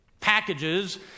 packages